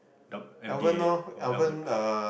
M_D_A ah or Albert